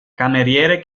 cameriere